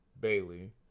Bailey